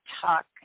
Talk